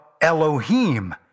Elohim